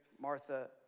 Martha